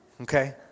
okay